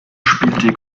spielte